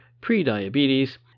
prediabetes